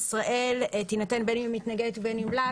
משטרת ישראל תינתן בין אם היא מתנגדת ובין אם לא.